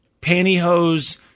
pantyhose